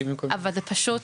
אבל זה פשוט